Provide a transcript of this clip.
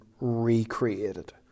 recreated